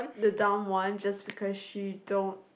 the dumb one just because she don't